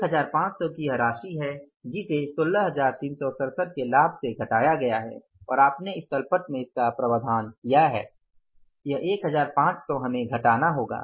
1500 की यह राशि है जिसे 16367 के लाभ से घटाया गया है और आपने इस तल पट में इसका प्रावधान किया है यह 1500 हमें घटाना होगा